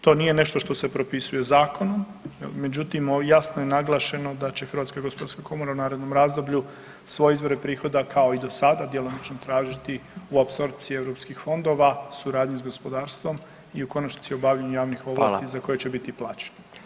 To nije nešto što se propisuje zakonom, međutim jasno je naglašeno da će HGK u narednom razdoblju svoje izvore prihoda kao i do sada djelomično tražiti u apsorpciji europskih fondova, suradnji s gospodarstvom i u konačnici obavljanju javnih ovlasti za koje će biti plaćeni.